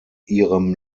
ihrem